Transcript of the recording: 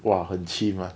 !wah! 很 chim ah